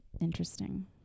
Interesting